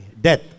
death